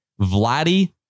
Vladdy